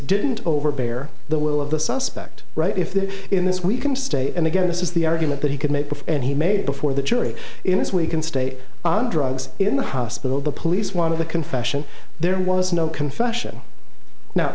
didn't over bear the will of the suspect right if they're in this we can state and again this is the argument that he could make and he made before the jury in this way you can stay on drugs in the hospital the police one of the confession there was no confession now